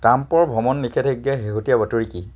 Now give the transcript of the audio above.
ট্ৰাম্পৰ ভ্ৰমণ নিষেধাজ্ঞাৰ শেহতীয়া বাতৰি কি